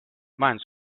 majandus